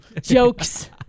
Jokes